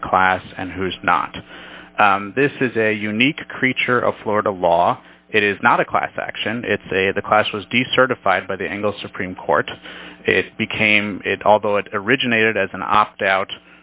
in the class and who is not this is a unique creature of florida law it is not a class action it's a the class was decertified by the angle supreme court it became it although it originated as an opt out